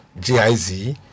GIZ